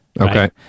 okay